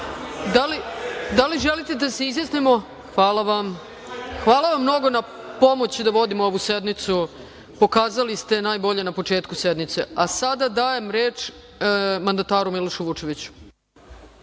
Da li želite da se izjasnimo? Hvala vam mnogo na pomoći da vodim ovu sednicu. Pokazali ste najbolje na početku sednice. Sada dajem reč mandataru Milošu Vučeviću.